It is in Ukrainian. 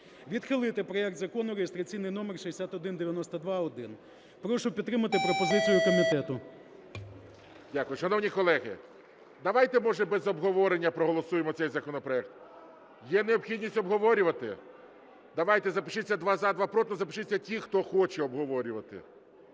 Відхилити проект Закону реєстраційний номер 6192-1. Прошу підтримати пропозицію комітету. ГОЛОВУЮЧИЙ. Дякую. Шановні колеги, давайте, може, без обговорення проголосуємо цей законопроект. Є необхідність обговорювати? Давайте, запишіться: два – за, два – проти. Запишіться ті, хто хоче обговорювати.